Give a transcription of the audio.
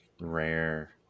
rare